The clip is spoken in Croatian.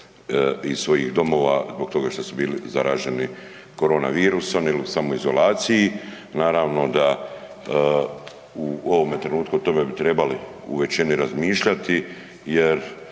iz svojih domova zbog toga što su bili zaraženi koronavirusom ili su u samoizolaciji. Naravno da u ovome trenutku o tome bi trebali u većini razmišljati jer